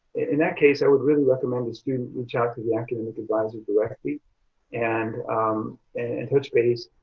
in that case i would really recommend the student reach out to the academic advisor directly and and touch base.